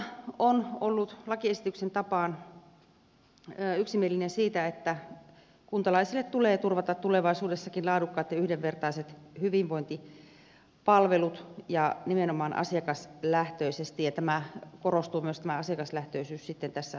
valiokunta on ollut lakiesityksen tapaan yksimielinen siitä että kuntalaisille tulee turvata tulevaisuudessakin laadukkaat ja yhdenvertaiset hyvinvointipalvelut ja nimenomaan asiakaslähtöisesti ja tämä asiakaslähtöisyys korostuu myös tässä lakiesityksessä